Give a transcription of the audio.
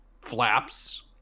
flaps